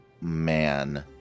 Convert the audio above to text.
man